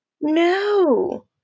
No